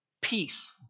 Peace